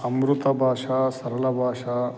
अमृतभाषा सरलभाषा